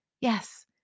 Yes